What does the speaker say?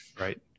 Right